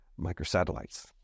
microsatellites